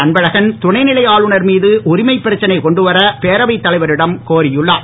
அன்பழகன் துணை நிலை ஆளுநர் மீது உரிமைப் பிரச்சனை கொண்டுவர பேரவைத் தலைவரிடம் கோரியுள்ளார்